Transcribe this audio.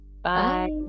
bye